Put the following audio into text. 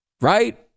right